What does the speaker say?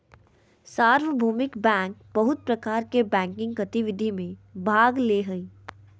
सार्वभौमिक बैंक बहुत प्रकार के बैंकिंग गतिविधि में भाग ले हइ